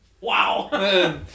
Wow